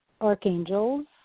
archangels